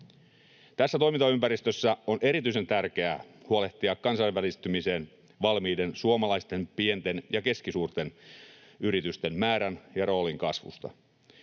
Tässä toimintaympäristössä on erityisen tärkeää huolehtia kansainvälistymiseen valmiiden suomalaisten pienten ja keskisuurten yritysten määrän ja roolin kasvusta.